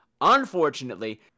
Unfortunately